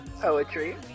Poetry